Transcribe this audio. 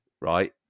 right